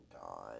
god